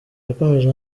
yakomeje